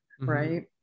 right